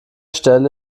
stelle